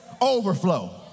overflow